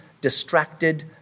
distracted